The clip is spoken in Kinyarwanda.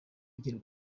bigerwaho